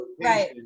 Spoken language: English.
right